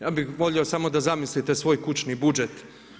Ja bi volio samo da zamislite svoj kućni budžet.